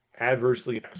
adversely